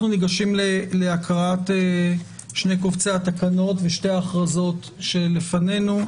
אנחנו ניגשים להקראת שני קובצי התקנות ושתי ההכרזות שלפנינו.